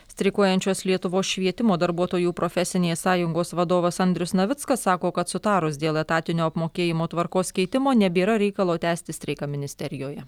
streikuojančios lietuvos švietimo darbuotojų profesinės sąjungos vadovas andrius navickas sako kad sutarus dėl etatinio apmokėjimo tvarkos keitimo nebėra reikalo tęsti streiką ministerijoje